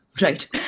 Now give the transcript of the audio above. Right